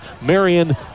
Marion